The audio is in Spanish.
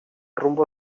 rumbo